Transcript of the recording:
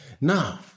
Now